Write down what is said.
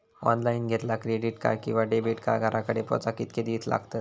Online घेतला credit card किंवा debit card घराकडे पोचाक कितके दिस लागतत?